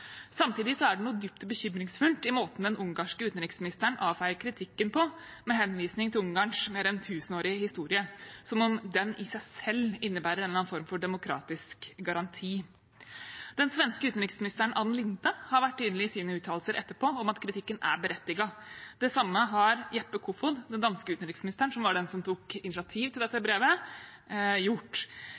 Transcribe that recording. Samtidig er det noe dypt bekymringsfullt i måten den ungarske utenriksministeren avfeier kritikken på, med henvisning til Ungarns mer enn tusenårige historie, som om den i seg selv innebærer en eller annen form for demokratisk garanti. Den svenske utenriksministeren, Ann Linde, har vært tydelig i sine uttalelser etterpå om at kritikken er berettiget. Det samme har Jeppe Kofod, den danske utenriksministeren, som var den som tok initiativ til dette brevet, gjort.